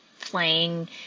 playing